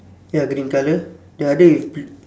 ya green colour the other is bl~